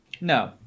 No